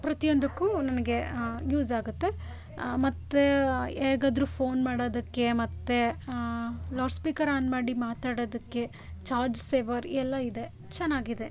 ಪ್ರತಿಯೊಂದಕ್ಕೂ ನನಗೆ ಯೂಸ್ ಆಗುತ್ತೆ ಮತ್ತು ಯಾರಿಗಾದ್ರೂ ಫೋನ್ ಮಾಡೋದಕ್ಕೆ ಮತ್ತು ಲೌಡ್ ಸ್ಪೀಕರ್ ಆನ್ ಮಾಡಿ ಮಾತಾಡೋದಕ್ಕೆ ಚಾಜ್ ಸೇವರ್ ಎಲ್ಲ ಇದೆ ಚೆನ್ನಾಗಿದೆ